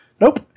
Nope